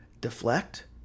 deflect